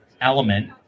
element